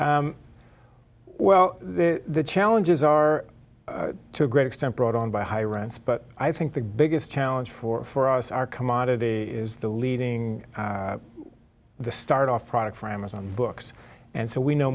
k well the challenges are to a great extent brought on by high rents but i think the biggest challenge for for us our commodity is the leading the start off product for amazon books and so we know